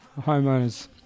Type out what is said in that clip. homeowners